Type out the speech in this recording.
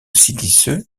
siliceux